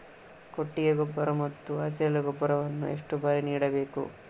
ಕೊಟ್ಟಿಗೆ ಗೊಬ್ಬರ ಮತ್ತು ಹಸಿರೆಲೆ ಗೊಬ್ಬರವನ್ನು ಎಷ್ಟು ಬಾರಿ ನೀಡಬೇಕು?